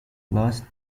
lost